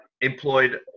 employed